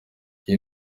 iyi